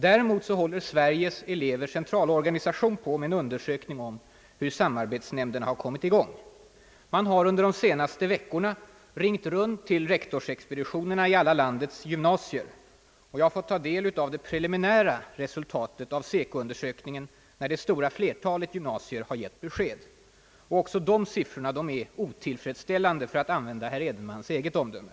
Däremot håller Sveriges elevers <centralorganisation på med en undersökning om hur samarbetsnämnderna har kommit i gång. Man har under de senaste veckorna ringt runt till rektorsexpeditionerna vid landets alla gymnasier. Jag har fått ta del av det preliminära resultatet av SECO-undersökningen när det stora flertalet gymnasier lämnat besked. Också de siffrorna är »otillfredsställande» för att använda herr Edenmans eget omdöme.